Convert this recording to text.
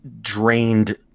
drained